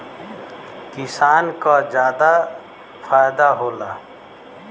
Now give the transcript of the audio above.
किसान क जादा फायदा होला